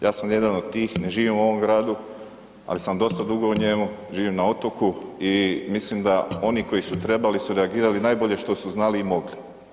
Ja sam jedan od tih, ne živim u ovom gradu, ali sam dosta dugo u njemu, živim na otoku i mislim da oni koji su trebali su reagirali najbolje što su znali i što su mogli.